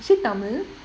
is she tamil